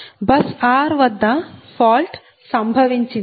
bus r వద్ద fault సంభవించింది